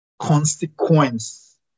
consequence